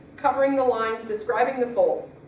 covering the lines describing the folds.